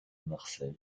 marseille